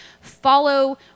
follow